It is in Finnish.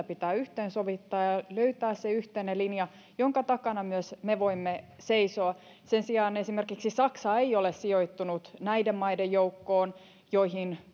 pitää yhteensovittaa ja löytää se yhteinen linja jonka takana myös me voimme seisoa sen sijaan esimerkiksi saksa ei ole sijoittunut näiden maiden joukkoon joihin